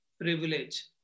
privilege